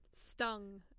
stung